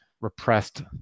repressed